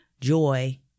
joy